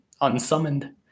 unsummoned